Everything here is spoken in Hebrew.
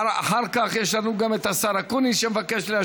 אחר כך יש לנו גם את השר אקוניס שמבקש להשיב.